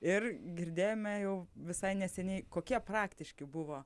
ir girdėjome jau visai neseniai kokie praktiški buvo